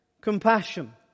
compassion